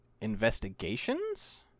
Investigations